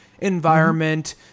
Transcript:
environment